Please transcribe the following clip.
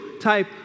type